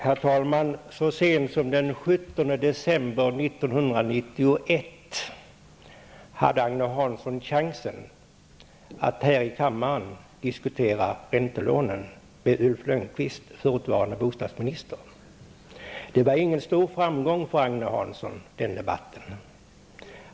Herr talman! Så sent som den 17 december 1991 hade Agne Hansson chansen att här i kammaren diskutera räntelånen med Ulf Lönnqvist, förutvarande bostadsministern. Den debatten var ingen stor framgång för Agne Hansson.